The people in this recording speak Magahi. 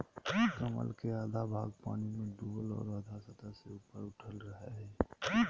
कमल के आधा भाग पानी में डूबल और आधा सतह से ऊपर उठल रहइ हइ